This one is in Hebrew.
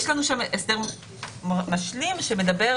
אם הגוף הציבורי כתב את זה,